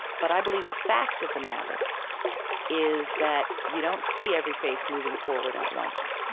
but i believe the fact of the matter is that you don't see every face moving forward at once.